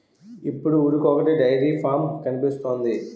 ఇప్పుడు ఊరికొకొటి dairy farm కనిపిస్తోంది